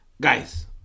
Guys